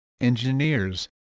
engineers